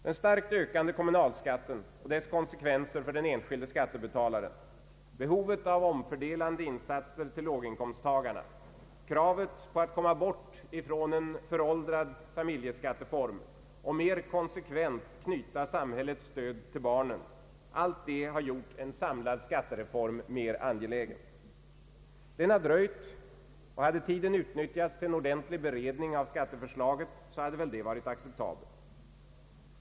Den starkt ökande kommunalskatten och dess konsekvenser för den enskilde skattebetalaren, behovet av omfördelande insatser för låginkomsttagarna, kravet på att komma bort från en föråldrad familjeskatteform och mer konsekvent knyta samhällets stöd till barnen — allt det har gjort en samlad skattereform mer angelägen. Den har dröjt, och hade tiden utnyttjats till en ordentlig beredning av skatteförslaget hade det väl varit acceptabelt.